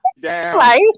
down